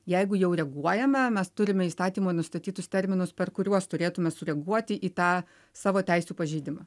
jeigu jau reaguojame mes turime įstatymo nustatytus terminus per kuriuos turėtume sureaguoti į tą savo teisių pažeidimą